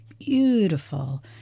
beautiful